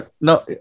No